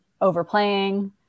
overplaying